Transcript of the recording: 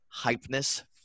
hypeness